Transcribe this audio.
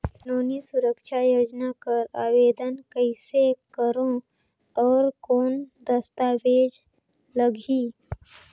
नोनी सुरक्षा योजना कर आवेदन कइसे करो? और कौन दस्तावेज लगही?